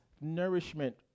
nourishment